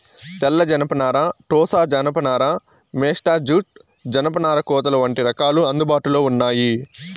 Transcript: తెల్ల జనపనార, టోసా జానప నార, మేస్టా జూట్, జనపనార కోతలు వంటి రకాలు అందుబాటులో ఉన్నాయి